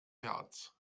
märz